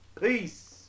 Peace